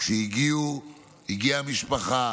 כשהגיעה המשפחה